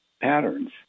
patterns